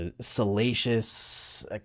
salacious